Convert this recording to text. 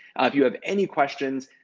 if you have any questions,